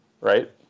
right